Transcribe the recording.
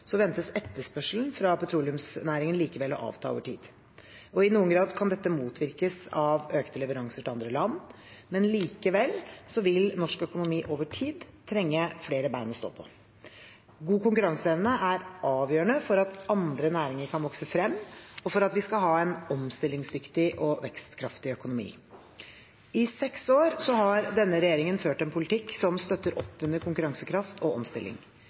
ventes etterspørselen fra petroleumsnæringen likevel å avta over tid. I noen grad kan dette motvirkes av økte leveranser til andre land. Likevel vil norsk økonomi over tid trenge flere ben å stå på. God konkurranseevne er avgjørende for at andre næringer kan vokse frem, og for at vi skal ha en omstillingsdyktig og vekstkraftig økonomi. I seks år har denne regjeringen ført en politikk som støtter opp under konkurransekraft og omstilling.